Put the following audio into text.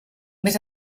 més